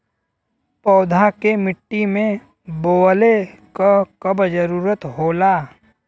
पौधा के मिट्टी में बोवले क कब जरूरत होला